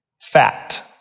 fact